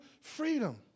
freedom